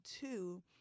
two